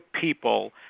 people